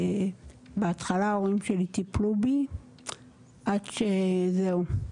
בהתחלה ההורים שלי טיפלו בי עד שזהו,